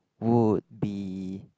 would be